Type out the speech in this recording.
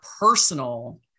personal